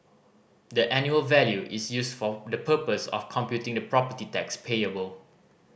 the annual value is used for the purpose of computing the property tax payable